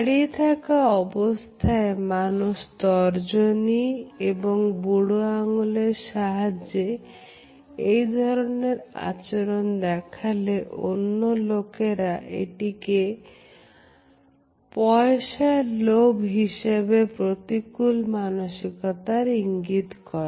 দাঁড়িয়ে থাকা অবস্থায় মানুষ তর্জনী এবং বুড়ো আঙ্গুল সাহায্যে এই ধরনের আচরণ দেখালে অন্য লোকেরা এটিকে পয়সার লোভ হিসাবে প্রতিকূল মানসিকতার ইঙ্গিত করে